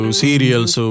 serials